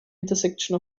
intersection